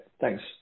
thanks